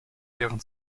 deren